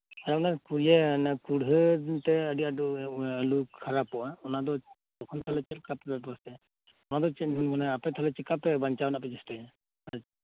ᱟᱨ ᱚᱱᱟ ᱯᱩᱲᱭᱟᱹ ᱚᱱᱟ ᱯᱩᱲᱦᱟᱹ ᱛᱮ ᱟᱰᱤ ᱟᱸᱴ ᱟᱞᱩ ᱠᱷᱟᱨᱟᱯᱚᱜᱼᱟ ᱚᱱᱟ ᱫᱚ ᱛᱚᱠᱷᱚᱱ ᱛᱟᱦᱞᱮ ᱪᱮᱜ ᱞᱮᱠᱟᱛᱮᱯᱮ ᱵᱮᱵᱚᱥᱛᱟᱭᱟ ᱚᱱᱟ ᱫᱚ ᱟᱯᱮ ᱛᱮᱫᱚ ᱪᱤᱠᱟᱯᱮ ᱵᱟᱧᱪᱟᱣ ᱨᱮᱱᱟᱜ ᱯᱮ ᱪᱮᱥᱴᱟᱭᱟ